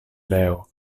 leo